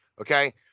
Okay